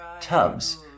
tubs